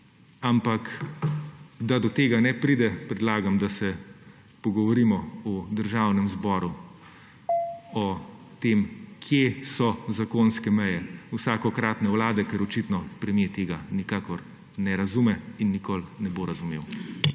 Ampak da do tega ne pride, predlagam, da se pogovorimo v Državnem zboru o tem, kje so zakonske meje vsakokratne vlade, ker očitno premier tega nikakor ne razume in nikoli ne bo razumel.